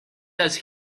does